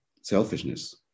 selfishness